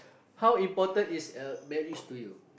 how important is a marriage to you